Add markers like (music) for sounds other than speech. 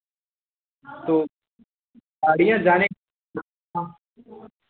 तो (unintelligible) जाने